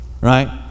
right